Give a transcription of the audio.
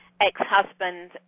ex-husband